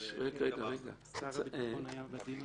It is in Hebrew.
אז אם יש דבר כזה --- שר הביטחון היה בדיון.